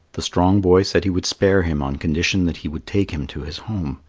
the strong boy said he would spare him on condition that he would take him to his home.